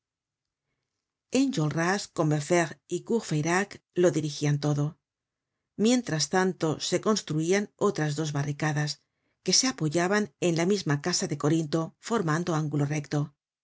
enjolras combeferre y courfeyrac lo dirigian todo mientras tanto se construian otras dos barricadas que se apoyaban en la misma casa de corinto formando ángulo recto la